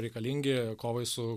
reikalingi kovai su